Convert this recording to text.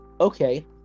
okay